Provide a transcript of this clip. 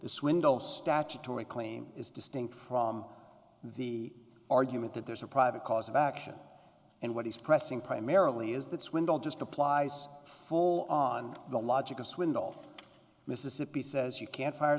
the swindle statutory claim is distinct from the argument that there's a private cause of action and what he's pressing primarily is that swindle just applies full on the logic of swindle mississippi says you can't fire